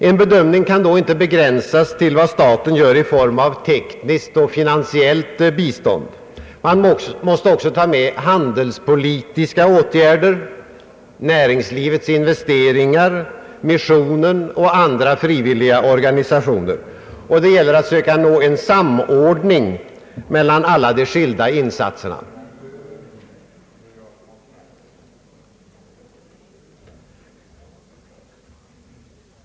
En bedömning kan då inte begränsas till vad staten gör i form av tekniskt och finansiellt bistånd. Man måste också ta med handelspolitiska åtgärder, näringslivets investeringar. missionen och andra frivilliga organisationer. Det gäller att söka nå en samordning mellan alla de skilda insatserna.